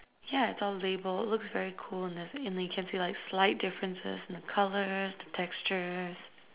yeah it's all labelled it looks very cool and then you can see like slight differences in the colours the textures